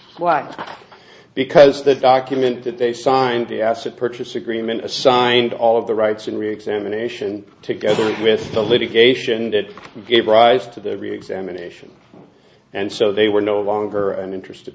what because the document that they signed the asset purchase agreement signed all of the rights and reexamination together with the litigation that gave rise to the reexamination and so they were no longer an interested